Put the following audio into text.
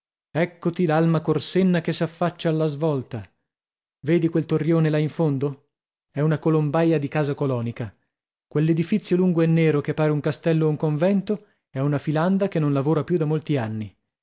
eccoti l'alma corsenna che s'affaccia alla svolta vedi quel torrione là in fondo è una colombaia di casa colonica quell'edifizio lungo e nero che pare un castello o un convento è una filanda che non lavora più da molti anni